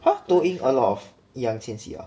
!huh! 抖音 a lot of 易烊千玺 ah